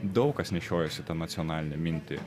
daug kas nešiojosi tą nacionalinę mintį